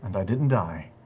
i didn't die.